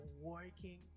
working